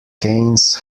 keynes